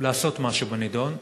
לעשות משהו בנדון.